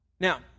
Now